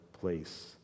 place